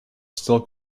still